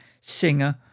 singer